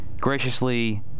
graciously